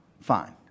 Fine